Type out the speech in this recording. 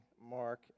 mark